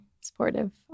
supportive